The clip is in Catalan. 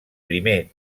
primer